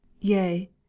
Yea